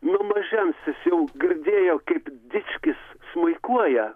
nuo mažens jis jau girdėjo kaip dičkis smuikuoja